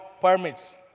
permits